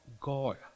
God